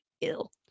ill